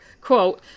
Quote